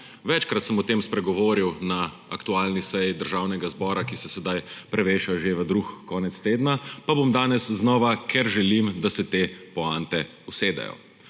Večkrat sem o tem spregovoril na aktualni seji Državnega zbora, ki se sedaj preveša že v drug konec tedna, pa bom danes znova, ker želim, da se te poante usedejo.